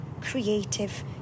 creative